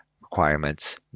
requirements